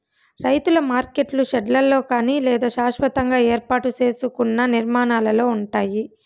రైతుల మార్కెట్లు షెడ్లలో కానీ లేదా శాస్వతంగా ఏర్పాటు సేసుకున్న నిర్మాణాలలో ఉంటాయి